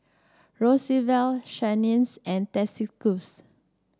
Roosevelt Shanice and Atticus